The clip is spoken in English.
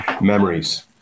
Memories